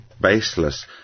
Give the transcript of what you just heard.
baseless